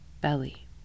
belly